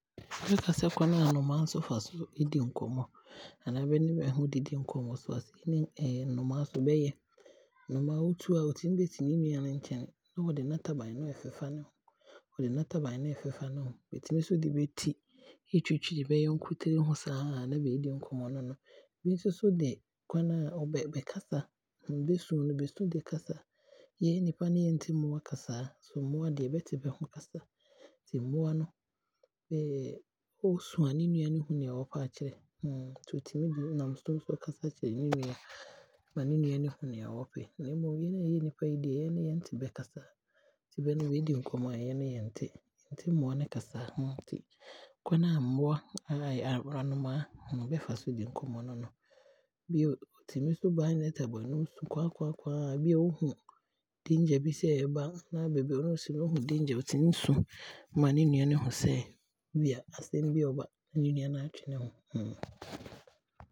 Bɛkasɛ kwane a nnomaa nso bɛfa so di nkɔmmɔ anaa bɛne bɛho didi nkɔmmɔ nso a sei nso ne nnomaa bɛyɛ, anomaa otu a, ɔtumi bɛsi ne nua no nkyɛne na ɔde n'aataban no ɛɛfefa ne ho, ɔde n'aataban no ɛɛfefa ne ho. Bɛtumi nso de bɛti ɛtwitwi bɛyɔnko tiri ho saa na ɛbɛdi nkɔmmmɔ ne no. Bi nsoso de, kwane a bɛkasa bɛsuu no bɛsu de kasa Yɛn nnipa ne yɛnte mmoaa kasaa, nso mmoa deɛ bɛte bɛho kasa, nti mmoa no, ɔɔsu a ne nua no hu nea ɔɔpɛ akyerɛ nti ɔtumi de nam suu so kasa kyerɛɛ ne nua no ma ne nua no hunu nea ɔɔpɛ. Na mmom yɛn a yɛyɛ nnipa yi deɛ yɛn ne yɛnte bɛkasaa, nti bɛ no bɛɛdi nkɔmmɔ yɛn no yɛnte, yɛnte mmoa no kasa nti kwane a mmoa no bɛfa so a anomaa bɛfa so di nkɔmmɔ no no. Bio, ɔtumi nso bae n'aataban mu na ɔɔsu kwaa kwaa, bi a ɔhunu sɛ danger bi eebaa na baabi a ɔsi no aahu danger a ɔtumi su, ma ne nua no hunu sɛ bia asɛm bi ɔɔba ma ne nua na aatwe ne ho.